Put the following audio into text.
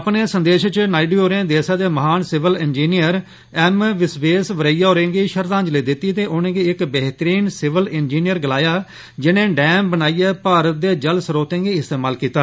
अपने संदेश च नायडू होरें देसे दे महान सिविल इंजिनियर एम विश्वेश्वरैया होरें गी श्रद्वांजलि दित्ती ते उनेंगी इक बेह्तरीन सिविल इंजिनियर गलाया जिनें डैम बनाईयें भारत दे जल स्रोतें गी इस्तेमाल कीता